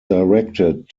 directed